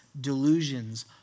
delusions